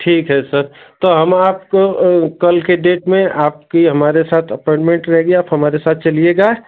ठीक है सर तो हम आपको कल के डेट में आपकी हमारे साथ अपॉइंटमेंट होगी आप हमारे साथ चलियेगा